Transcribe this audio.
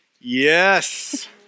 Yes